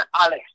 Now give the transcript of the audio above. Alex